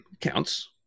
Counts